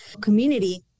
community